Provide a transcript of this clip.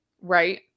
right